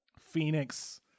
Phoenix